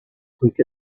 quick